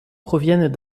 proviennent